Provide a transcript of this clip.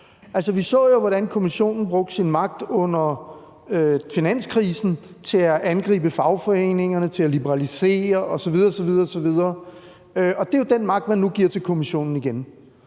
Vi så jo, hvordan Kommissionen brugte sin magt under finanskrisen til at angribe fagforeningerne, til at liberalisere osv. osv. Det er jo den magt, man nu giver til Kommissionen igen.